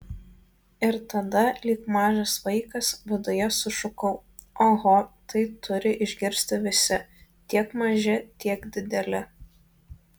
ir tada lyg mažas vaikas viduje sušukau oho tai turi išgirsti visi tiek maži tiek dideli